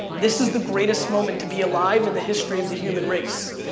this is the greatest moment to be alive in the history of the human race.